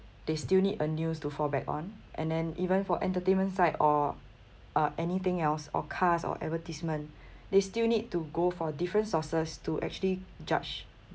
they still need a news to fall back on and then even for entertainment site or uh anything else or cars or advertisement they still need to go for different sources to actually judge